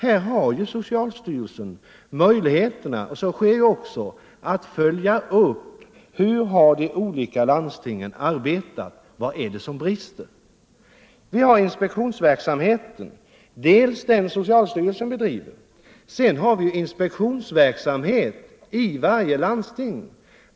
Här har ju socialstyrelsen en möjlighet att följa upp hur de olika landstingen har arbetat och se vad det är som brister — och så sker också. Dels har vi alltså den inspektion som socialstyrelsen bedriver, dels har vi en inspektionsverksamhet i varje landsting.